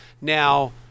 Now